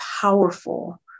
powerful